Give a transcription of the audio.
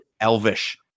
Elvish